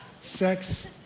sex